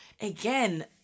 again